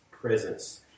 presence